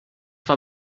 war